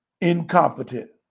incompetent